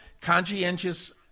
conscientious